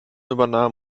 übernahm